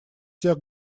всех